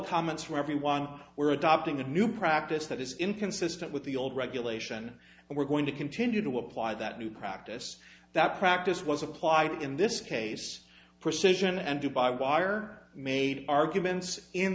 comments where everyone were adopting the new practice that is inconsistent with the old regulation and we're going to continue to apply that new practice that practice was applied in this case precision and to by wire made arguments in